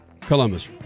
Columbus